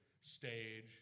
stage